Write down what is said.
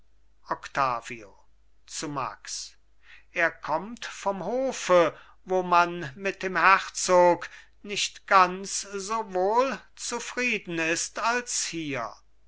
octavio zu max er kommt vom hofe wo man mit dem herzog nicht ganz so wohl zufrieden ist als hier